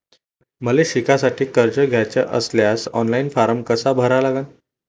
मले शिकासाठी कर्ज घ्याचे असल्यास ऑनलाईन फारम कसा भरा लागन?